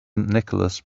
nicholas